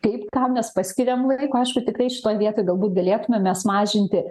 kaip kam mes paskiriam laiko aišku tikrai šitoj vietoj galbūt galėtumėm mes mažinti